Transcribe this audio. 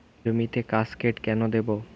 জমিতে কাসকেড কেন দেবো?